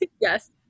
Yes